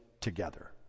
together